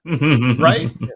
Right